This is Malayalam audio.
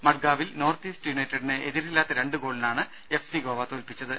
മഡ്ഗാവിൽ നോർത്ത് ഈസ്റ്റ് യുണൈറ്റഡിനെ എതിരില്ലാത്ത രണ്ട് ഗോളി നാണ് എഫ് സി ഗോവ തോൽപിച്ചത്